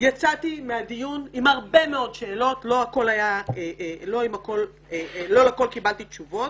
יצאתי מהדיון עם הרבה מאוד שאלות ולא להכול קיבלתי תשובות.